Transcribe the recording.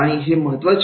आणि हे महत्वाचे आहे